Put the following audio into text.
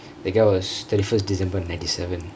the guy was thirty first december ninety seven